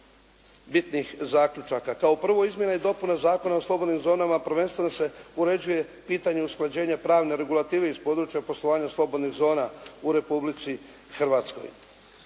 bitnih zaključaka. Kao prvo izmjena i dopuna Zakona o slobodnim zonama prvenstveno se uređuje pitanje usklađenja pravne regulative iz područja poslovanja slobodnih zona u Republici Hrvatskoj.